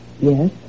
Yes